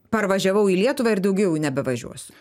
parvažiavau į lietuvą ir daugiau nebevažiuosiu